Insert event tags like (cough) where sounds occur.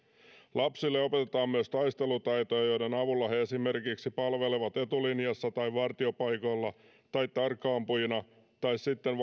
lapsille opetetaan myös taistelutaitoja joiden avulla he esimerkiksi palvelevat etulinjassa tai vartiopaikoilla tai tarkka ampujina tai sitten (unintelligible)